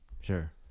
sure